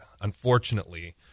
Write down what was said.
unfortunately